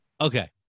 Okay